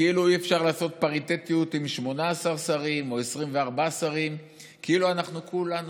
כאילו אי-אפשר לעשות פריטטיות עם 18 שרים או 24 שרים וכאילו כולנו